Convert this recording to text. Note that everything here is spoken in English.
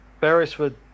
Beresford